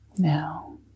now